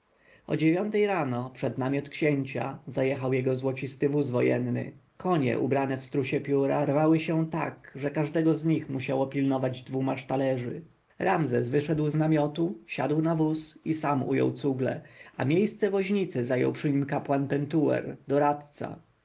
o dziewiątej rano przed namiot księcia zajechał jego złocisty wóz wojenny konie ubrane w strusie pióra rwały się tak że każdego z nich musiało pilnować dwu masztalerzy ramzes wyszedł z namiotu siadł na wóz i sam ujął cugle a miejsce woźnicy zajął przy nim kapłan pentuer doradca